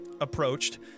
approached